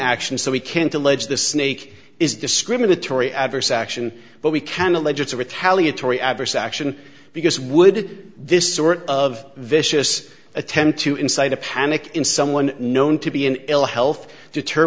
action so we can't allege the snake is discriminatory adverse action but we can allege a retaliatory adverse action because would this sort of vicious attempt to incite a panic in someone known to be an ill health deter